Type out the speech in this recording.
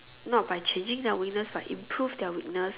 not by changing lah we just like improve their weakness